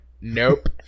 Nope